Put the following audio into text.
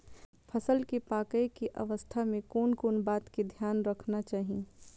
फसल के पाकैय के अवस्था में कोन कोन बात के ध्यान रखना चाही?